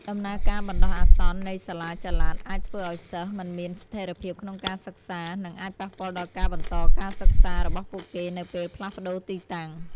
ដំណើរការបណ្ដោះអាសន្ននៃសាលាចល័តអាចធ្វើឱ្យសិស្សមិនមានស្ថេរភាពក្នុងការសិក្សា និងអាចប៉ះពាល់ដល់ការបន្តការសិក្សារបស់ពួកគេនៅពេលផ្លាស់ប្ដូរទីតាំង។